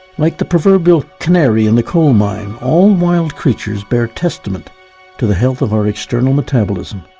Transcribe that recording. like the proverbial canary in the coal mine, all wild creatures bear testament to the health of our external metabolism,